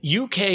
UK